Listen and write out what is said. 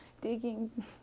digging